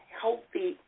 healthy